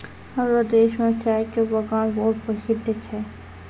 हमरो देश मॅ चाय के बागान बहुत प्रसिद्ध छै